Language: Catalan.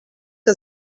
que